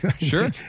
Sure